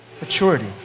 maturity